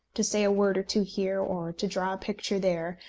to say a word or two here, or to draw a picture there,